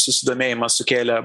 susidomėjimą sukėlę